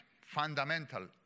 Fundamental